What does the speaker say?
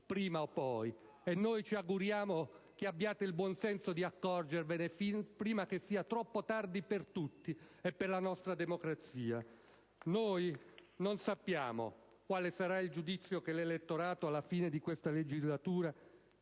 prima o poi. Noi ci auguriamo che abbiate il buon senso di accorgervene prima che sia troppo tardi per tutti e per la nostra democrazia. Noi non sappiamo quale sarà il giudizio che dell'elettorato, alla fine di questa legislatura: